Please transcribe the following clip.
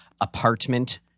apartment